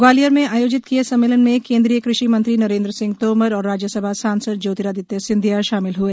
ग्वालियर में आयोजित किए सम्मेलन में केंद्रीय कृषि मंत्री नरेंद्र सिंह तोमर और राज्यसभा सांसद ज्योतिरादित्य सिंधिया शामिल हुए